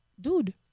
Dude